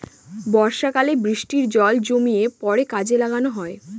বর্ষাকালে বৃষ্টির জল জমিয়ে পরে কাজে লাগানো হয়